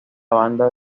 banda